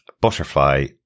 butterfly